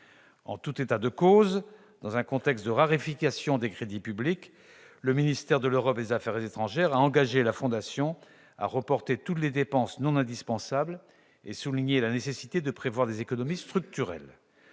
En tout état de cause, dans un contexte de raréfaction des crédits publics, le ministère de l'Europe et des affaires étrangères a engagé la fondation à reporter toutes les dépenses non indispensables et souligné la nécessité de prévoir des économies structurelles.